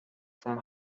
from